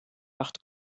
acht